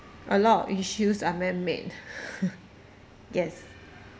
a lot of issues are man made yes